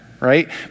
right